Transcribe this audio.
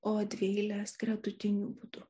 o dvieilės gretutiniu būdu